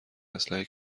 اسلحه